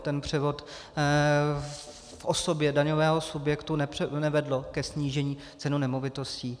Ten převod v osobě daňového subjektu nevedl ke snížení cen nemovitostí.